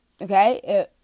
okay